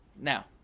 Now